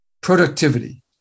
productivity